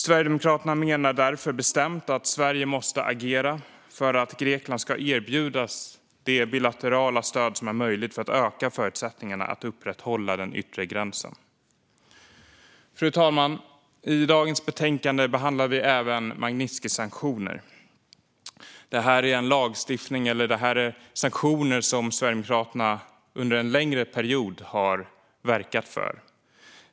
Sverigedemokraterna menar därför bestämt att Sverige måste agera för att Grekland ska erbjudas det bilaterala stöd som är möjligt för att öka förutsättningarna att upprätthålla den yttre gränsen. Fru talman! I dagens betänkande behandlas även Magnitskijsanktioner. Detta är sanktioner som Sverigedemokraterna under en längre period har verkat för.